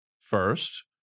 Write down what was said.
First